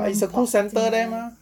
but is the cruise centre there mah